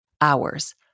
hours